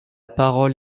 parole